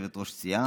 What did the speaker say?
ויו"ר סיעה,